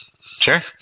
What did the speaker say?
Sure